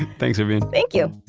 thanks, vivian thank you